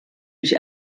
mich